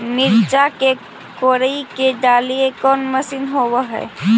मिरचा के कोड़ई के डालीय कोन मशीन होबहय?